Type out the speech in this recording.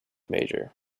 major